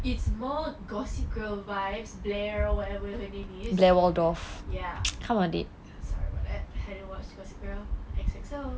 it's more gossip girl vibes blair whatever her name is ya sorry about that I don't watch gossip girl X X O